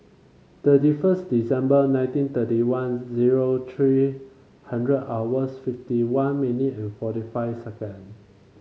thirty first December nineteen thirty one zero three hundred hours fifty one minute and forty five second